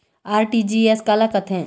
RTGS काला कथें?